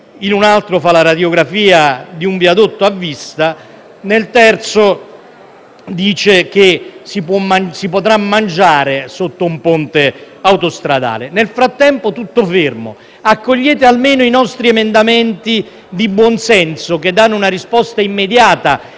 in un altro fa la radiografia di un viadotto a vista; in un altro ancora dice che si potrà mangiare sotto un ponte autostradale. Nel frattempo, tutto fermo. Accogliete almeno i nostri emendamenti di buonsenso, che danno una risposta immediata